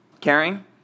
Caring